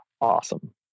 awesome